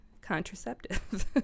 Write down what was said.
contraceptive